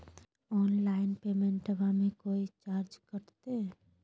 Online पेमेंटबां मे कोइ चार्ज कटते?